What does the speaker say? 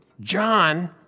John